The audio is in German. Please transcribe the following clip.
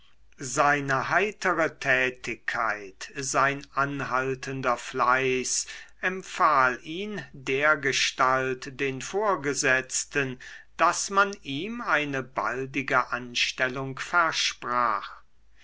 seine heitere tätigkeit sein anhaltender fleiß empfahl ihn dergestalt den vorgesetzten daß man ihm eine baldige anstellung versprach